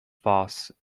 farce